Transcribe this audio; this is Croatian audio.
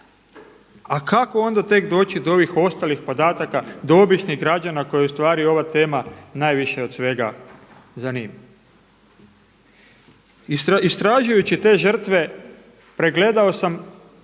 a kako onda tek doći do ovih ostalih podataka do običnih građana koje ova tema najviše od svega zanima. Istražujući te žrtve pregledao sam